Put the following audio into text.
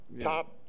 top